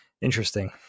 Interesting